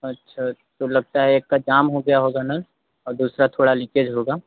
अच्छा तो लगता है एक का जाम हो गया होगा नल और दूसरा थोड़ा लीकेज होगा